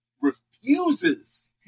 refuses